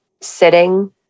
sitting